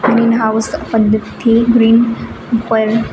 greenhouse પદ્ધતિ green ઉપર